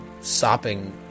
sopping